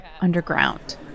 underground